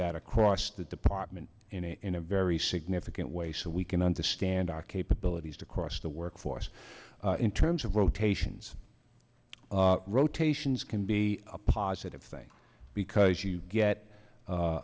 that across the department in a very significant way so we can understand our capabilities to cross the workforce in terms of rotations rotations can be a positive thing because you get